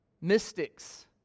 Mystics